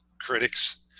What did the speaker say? critics